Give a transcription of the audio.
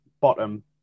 bottom